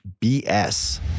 BS